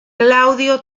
claudio